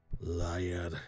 Liar